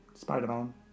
Spider-Man